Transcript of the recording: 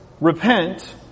repent